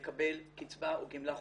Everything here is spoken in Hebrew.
לקבל קיצבה או גימלה חודשית.